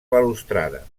balustrada